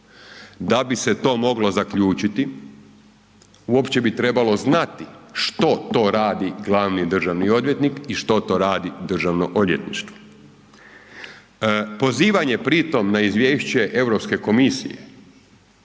Da bi se to moglo zaključiti, uopće bi trebalo znati što to radi glavni državni odvjetnik i što to radi Državno odvjetništvo. Pozivanje pritom na izvješće Europske komisije